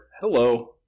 Hello